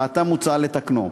ועתה מוצע לתקנו.